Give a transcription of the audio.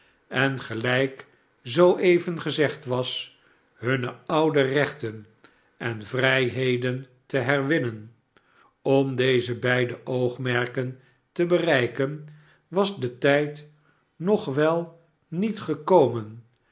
en gelijk zoo even gezegd was hunne oude rechten en vrijheden te herwinnen om deze beide oogmerken te bereiken was de tijd nog wel niet gekomen